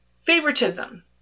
favoritism